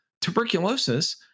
tuberculosis